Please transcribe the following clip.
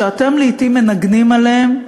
שאתם לעתים מנגנים עליהם,